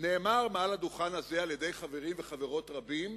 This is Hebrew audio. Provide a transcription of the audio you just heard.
אמרו מעל הדוכן הזה חברים וחברות רבים: